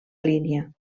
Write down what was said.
línia